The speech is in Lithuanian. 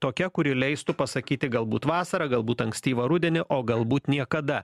tokia kuri leistų pasakyti galbūt vasarą galbūt ankstyvą rudenį o galbūt niekada